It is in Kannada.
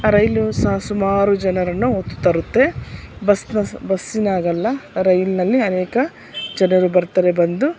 ಆ ರೈಲು ಸಹ ಸುಮಾರು ಜನರನ್ನು ಹೊತ್ತು ತರುತ್ತೆ ಬಸ್ ಸ್ ಬಸ್ಸಿನಾಗಲ್ಲ ರೈಲಿನಲ್ಲಿ ಅನೇಕ ಜನರು ಬರ್ತಾರೆ ಬಂದು